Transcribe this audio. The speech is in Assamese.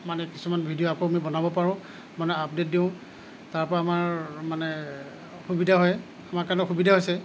মানে কিছুমান ভিডিঅ' আকৌ আমি বনাব পাৰোঁ মানে আপডেট দিওঁ তাৰপৰা আমাৰ মানে সুবিধা হয় আমাৰ কাৰণে সুবিধা হৈছে